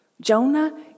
Jonah